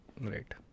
Right